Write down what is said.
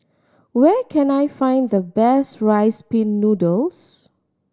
where can I find the best Rice Pin Noodles